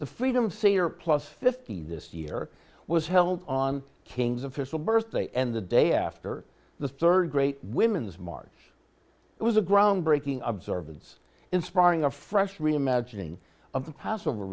the freedom savior plus fifty this year was held on king's official birthday and the day after the rd great women's march it was a groundbreaking observance inspiring a fresh reimagining of the passover